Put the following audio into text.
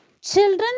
Children